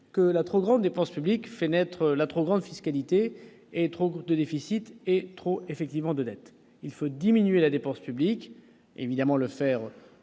que la trop grande dépense publique fait naître la trop grande fiscalité et trop de déficits et trop effectivement de dettes, il faut diminuer la dépense publique, évidemment le faire